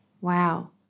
Wow